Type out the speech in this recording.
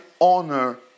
honor